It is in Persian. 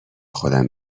خودم